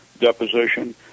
deposition